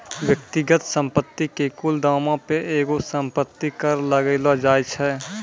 व्यक्तिगत संपत्ति के कुल दामो पे एगो संपत्ति कर लगैलो जाय छै